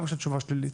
גם כשהתשובה שלילית.